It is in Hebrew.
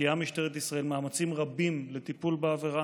משקיעה משטרת ישראל מאמצים רבים בטיפול בעבירה,